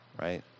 right